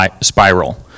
spiral